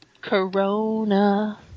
Corona